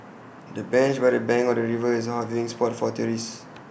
the bench by the bank of the river is A hot viewing spot for tourists